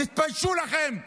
תתביישו לכם.